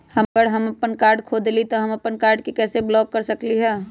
अगर हम अपन कार्ड खो देली ह त हम अपन कार्ड के कैसे ब्लॉक कर सकली ह?